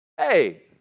Hey